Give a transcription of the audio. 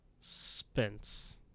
spence